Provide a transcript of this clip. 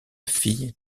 fille